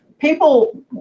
people